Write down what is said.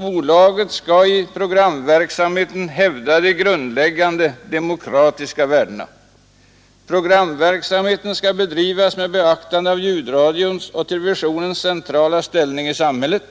”Bolaget skall i programverksamheten hävda de grundläggande demokratiska värdena. Programverksamheten skall bedrivas med beaktande av ljudradions och televisionens centrala ställning i samhället.